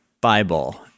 Bible